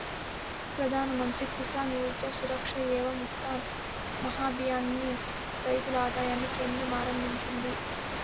ప్రధాన్ మంత్రి కిసాన్ ఊర్జా సురక్ష ఏవం ఉత్థాన్ మహాభియాన్ ను రైతుల ఆదాయాన్ని కేంద్రం ఆరంభించింది